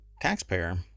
taxpayer